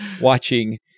watching